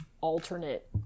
alternate